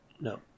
No